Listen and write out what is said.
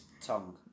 Tongue